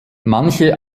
manche